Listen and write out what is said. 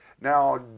Now